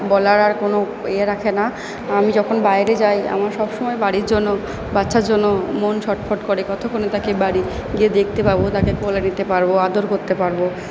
বলার আর কোনো ইয়ে রাখে না আমি যখন বাইরে যাই আমার সবসময় বাড়ির জন্য বাচ্ছার জন্য মন ছটফট করে কতোক্ষণে তাকে বাড়ি গিয়ে দেখতে পাবো তাকে কোলে নিতে পারবো আদর করতে পারবো